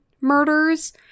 murders